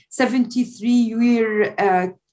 73-year